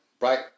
right